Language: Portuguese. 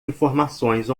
informações